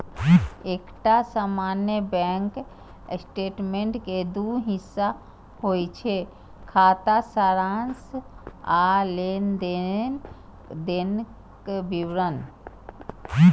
एकटा सामान्य bank statement के दू हिस्सा होइ छै, खाता सारांश आ लेनदेनक विवरण